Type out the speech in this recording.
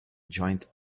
joint